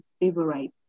favorite